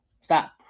Stop